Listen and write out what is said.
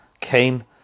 Cain